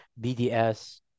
BDS